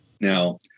Now